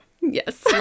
Yes